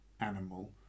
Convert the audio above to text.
animal